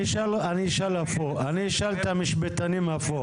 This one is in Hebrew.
אני אשאל את המשפטנים הפוך,